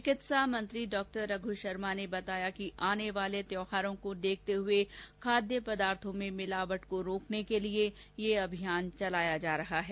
चिकित्सा मंत्री डॉ रघ् शर्मा ने बताया कि आने वाले त्यौहारों को देखते हुए खाद्य पदार्थों में मिलावट को रोकने के लिये यह अभियान चलाया जा रहा है